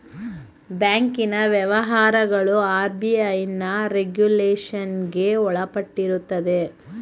ಬ್ಯಾಂಕಿನ ವ್ಯವಹಾರಗಳು ಆರ್.ಬಿ.ಐನ ರೆಗುಲೇಷನ್ಗೆ ಒಳಪಟ್ಟಿರುತ್ತದೆ